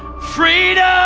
freedom.